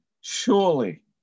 surely